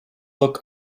look